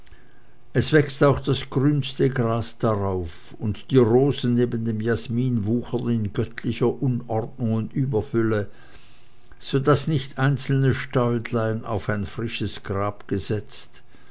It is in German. es wächst auch das grünste gras darauf und die rosen nebst dem jasmin wuchern in göttlicher unordnung und überfülle so daß nicht einzelne stäudlein auf ein frisches grab gesetzt